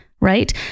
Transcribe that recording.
right